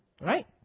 Right